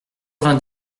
vingt